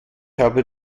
habe